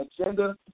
agenda